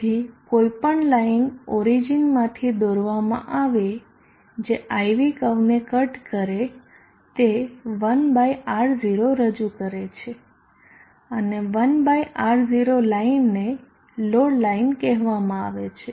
તેથી કોઇપણ line origin માંથી દોરવામાં આવે જે IV કર્વને કટ કરે તે 1R0 રજુ કરે છે અને 1R0 લાઇનને લોડ લાઇન કહેવામાં આવે છે